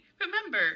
remember